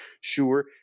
sure